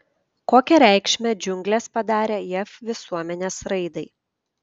kokią reikšmę džiunglės padarė jav visuomenės raidai